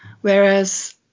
Whereas